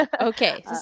Okay